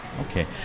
Okay